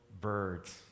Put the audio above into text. birds